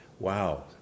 wow